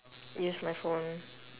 use my phone